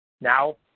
Now